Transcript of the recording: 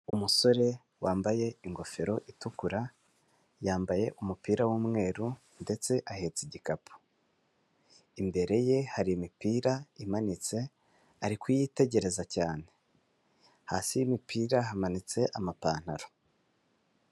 Umusore wambaye ingofero itukura yambaye umupira w'umweru ndetse ahetse igikapu, imbere ye hari imipira imanitse ari kuyitegereza cyane, hasi y'imipira hamanitse amapantaro.